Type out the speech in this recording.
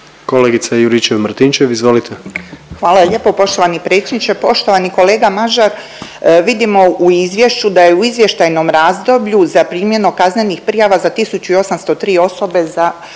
**Juričev-Martinčev, Branka (HDZ)** Hvala lijepo poštovani predsjedniče. Poštovani kolega Mažar vidimo u izvješću da je u izvještajnom razdoblju zaprimljeno kaznenih prijava za 1803 osobe za